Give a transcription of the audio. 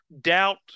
doubt